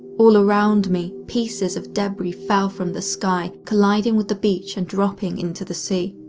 all around me, pieces of debris fell from the sky, colliding with the beach and dropping into the sea.